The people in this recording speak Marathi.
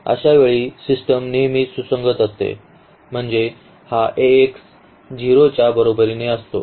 तर अशावेळी सिस्टम नेहमीच सुसंगत असते म्हणजे हा Ax 0 च्या बरोबरीने असतो